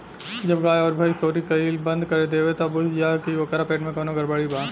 जब गाय अउर भइस कउरी कईल बंद कर देवे त बुझ जा की ओकरा पेट में कवनो गड़बड़ी बा